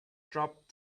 dropped